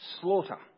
slaughter